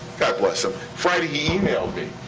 god bless him, friday, he emailed me,